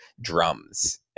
drums